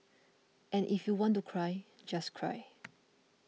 and if you want to cry just cry